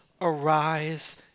arise